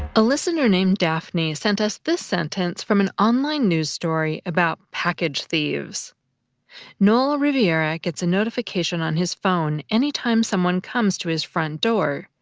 a listener named daphne sent us this sentence from an online news story about package thieves noel rivera gets a notification on his phone anytime someone comes to his front door,